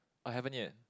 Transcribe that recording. I haven't yet